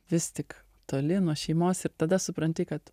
vis tik toli nuo šeimos ir tada supranti kad